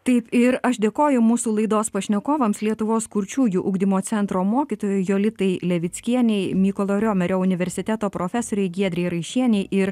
taip ir aš dėkoju mūsų laidos pašnekovams lietuvos kurčiųjų ugdymo centro mokytojai jolitai levickienei mykolo riomerio universiteto profesorei giedrei raišienei ir